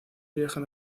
viajan